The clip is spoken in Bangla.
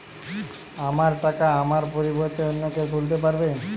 আমার টাকা আমার পরিবর্তে অন্য কেউ তুলতে পারবে?